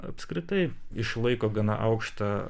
apskritai išlaiko gana aukštą